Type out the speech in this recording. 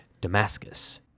Damascus